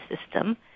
system